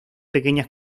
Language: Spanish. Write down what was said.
pequeñas